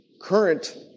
current